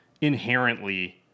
inherently